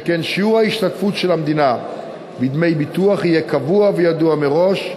שכן שיעור ההשתתפות של המדינה בדמי ביטוח יהיה קבוע וידוע מראש,